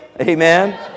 Amen